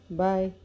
bye